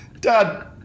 Dad